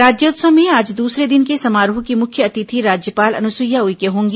राज्योत्सव में आज दूसरे दिन के समारोह की मुख्य अतिथि राज्यपाल अनुसुईया उइके होंगी